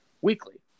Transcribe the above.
weekly